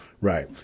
Right